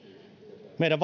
meidän